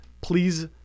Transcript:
please